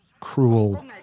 cruel